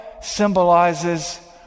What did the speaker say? symbolizes